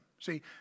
See